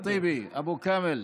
ידידי וחברי אחמד טיבי, אבו כאמל,